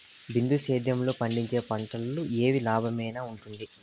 బిందు సేద్యము లో పండించే పంటలు ఏవి లాభమేనా వుంటుంది?